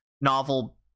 novel